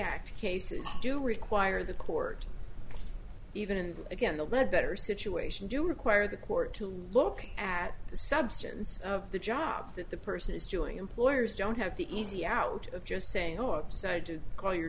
act cases do require the court even again the lead better situation do require the court to look at the substance of the job that the person is doing employers don't have the easy out of just saying